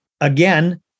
again